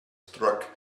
struck